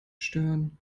stören